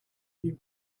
you